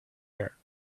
air